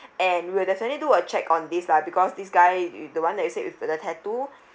and we'll definitely do a check on this lah because this guy it the one that you said with the tattoo